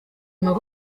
inyuma